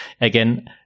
again